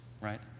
right